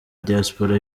diaspora